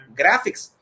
graphics